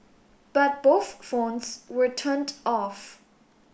but both phones were turned off